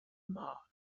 mark